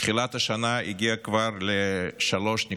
מתחילת השנה הוא כבר הגיע ל-3.4%,